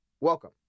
welcome